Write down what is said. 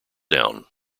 down